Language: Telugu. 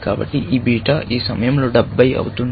కాబట్టి ఈ బీటా ఈ సమయంలో 70 అవుతుంది